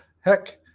heck